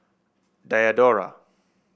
Diadora